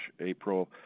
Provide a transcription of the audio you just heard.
April